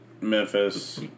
Memphis